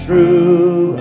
True